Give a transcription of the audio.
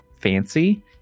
fancy